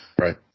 Right